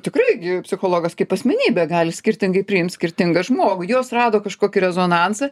tikrai psichologas kaip asmenybė gali skirtingai priimt skirtingą žmogų jos rado kažkokį rezonansą